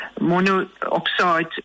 monoxide